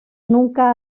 nunca